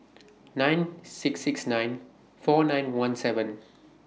nine six six nine four nine one seven